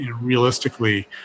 realistically